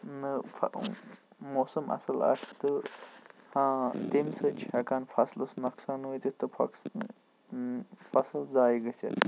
نہَ فَصل موسم اَصٕل آسہِ تہٕ ہاں تَمہِ سٟتۍ چھُ ہیٚکن فصلَس نۅقصان وٲتِتھ تہٕ فَصل فصل ضایہِ گَژھِتھ